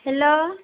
hello